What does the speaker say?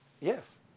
Yes